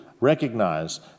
recognize